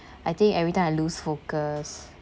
I think every time I lose focus